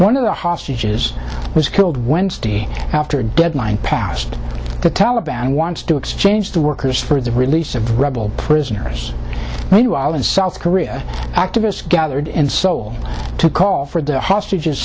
one of the hostages was killed wednesday after a deadline passed the taliban wants to exchange the workers for the release of rebel prisoners meanwhile in south korea activists gathered in seoul to call for the hostage